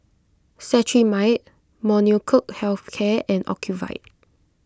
Cetrimide Molnylcoke Health Care and Ocuvite